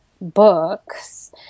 books